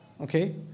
okay